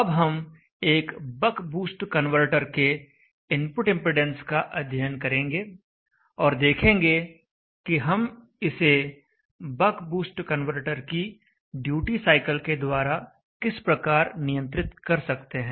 अब हम एक बक बूस्ट कन्वर्टर के इनपुट इंपेडेंस का अध्ययन करेंगे और देखेंगे कि हम इसे बक बूस्ट कन्वर्टर की ड्यूटी साइकिल के द्वारा किस प्रकार नियंत्रित कर सकते हैं